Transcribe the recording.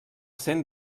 cent